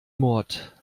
mord